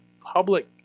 public